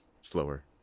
slower